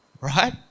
right